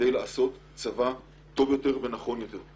מנת ליצור צבא טוב יותר ונכון יותר.